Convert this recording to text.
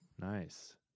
nice